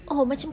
oh macam